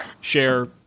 share